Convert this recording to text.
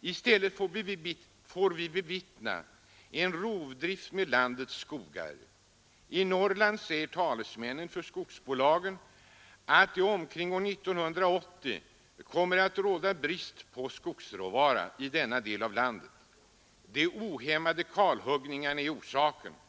I stället får vi bevittna en rovdrift på landets skogar. I Norrland säger talesmännen för skogsbolagen att det omkring år 1980 kommer att råda brist på skogsråvara i denna del av landet. De ohämmade kalhuggningarna är orsaken.